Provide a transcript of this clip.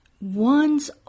One's